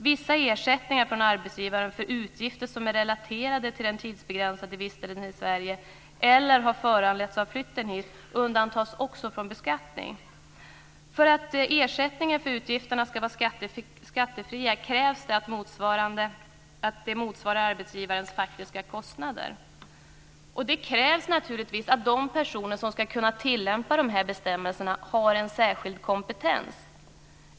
Vissa ersättningar från arbetsgivaren för utgifter som är relaterade till den tidsbegränsade vistelsen i Sverige eller som har föranletts av flytten hit undantas också från beskattning. För att ersättningen för utgifterna ska vara skattefri krävs det att den motsvarar arbetsgivarens faktiska kostnader. Det krävs naturligtvis också att de personer som ska kunna tillämpa dessa bestämmelser har en särskild kompetens.